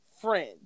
friends